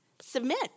submit